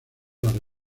las